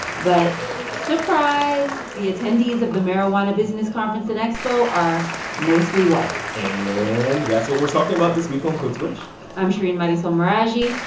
but surprise the attendees of the marijuana business conference and expo are mostly white and that's what we're talking about this week on code switch i'm shereen marisol meraji.